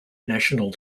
national